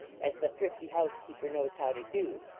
as the thrifty house-keeper knows how to do,